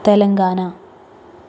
Telangana